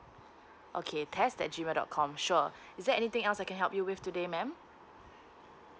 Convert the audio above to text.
okay test at G mail dot com sure is there anything else I can help you with today ma'am